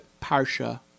Parsha